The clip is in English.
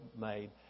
made